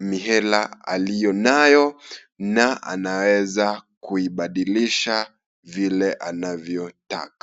ni hela aliyonayo na anaweza kuibadilisha vile anavyotaka.